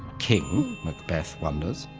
king? macbeth wonders.